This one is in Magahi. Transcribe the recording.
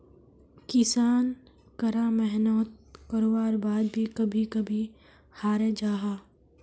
किसान करा मेहनात कारवार बाद भी कभी कभी हारे जाहा